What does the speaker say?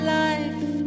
life